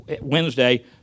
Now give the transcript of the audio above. Wednesday